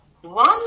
One